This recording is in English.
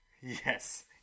yes